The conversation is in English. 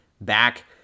back